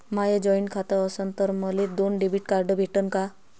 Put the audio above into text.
माय joint खातं असन तर मले दोन डेबिट कार्ड भेटन का?